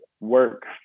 work